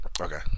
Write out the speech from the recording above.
Okay